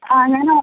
ആ അങ്ങനെ നോക്ക്